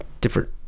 different